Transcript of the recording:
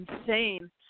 insane